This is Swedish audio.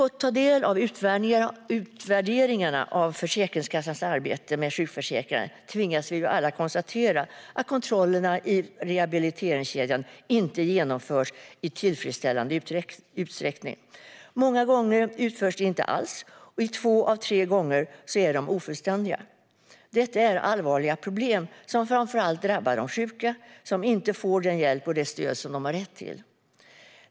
Utifrån utvärderingarna av Försäkringskassans arbete med sjukförsäkringar tvingas vi alla konstatera att kontrollerna i rehabiliteringskedjan inte genomförs i tillfredsställande utsträckning. Många gånger utförs de inte alls, och i två av tre fall är de ofullständiga. Detta är allvarliga problem som framför allt drabbar de sjuka, som inte får den hjälp och det stöd de har rätt till.